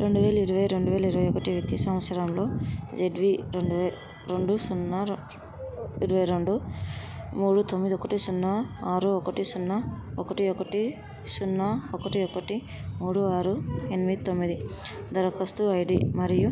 రెండువేల యిరవై రెండువేల ఇరవై ఒకటి విద్యా సంవత్సరంలో జడ్వీ రెండు సున్నా ఇరవై రెండు మూడు తొమ్మిది ఒకటి సున్నా ఆరు ఒకటి సున్నా ఒకటి ఒకటి సున్నా ఒకటి ఒకటి మూడు ఆరు ఎనిమిది తొమ్మిది దరకస్తూ ఐడి మరియు